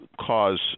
cause